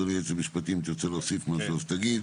אדוני היועץ המשפטי, אם תרצה להוסיף משהו אז תגיד.